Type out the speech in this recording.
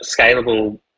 scalable